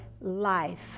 life